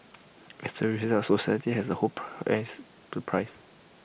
as A result society has A whole price pay price